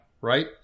Right